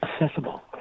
accessible